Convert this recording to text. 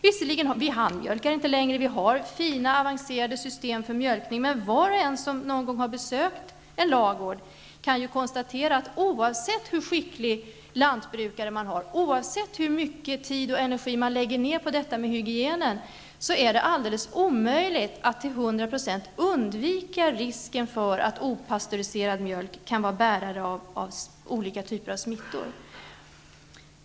Vi handmjölkar inte längre; vi har fina, avancerade system för mjölkning. Men var och en som någon gång har besökt en ladugård kan ju konstatera att oavsett hur skickliga lantbrukarna är, oavsett hur mycket tid och energi man lägger ned på detta med hygienen, så är det alldeles omöjligt att till hundra procent undvika risken för att opastöriserad mjölk kan vara bärare av olika typer av smitta.